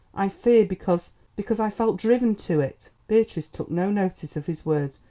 i fear because because i felt driven to it. beatrice took no notice of his words,